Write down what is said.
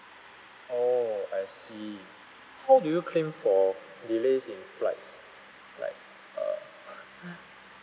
oh I see how do you claim for delays in flights like uh